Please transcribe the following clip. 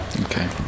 Okay